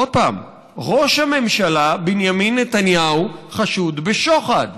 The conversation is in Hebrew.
עוד פעם: ראש הממשלה בנימין נתניהו חשוד בשוחד.